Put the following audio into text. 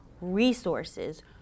resources